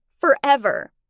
forever